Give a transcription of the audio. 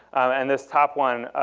and this top one,